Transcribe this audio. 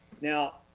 Now